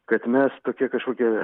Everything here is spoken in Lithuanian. kad mes tokie kažkokie